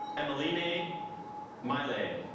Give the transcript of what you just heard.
emmaline miley